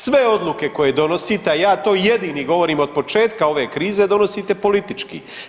Sve odluke koje donosite, a ja to jedini govorim od početka ove krize donosite politički.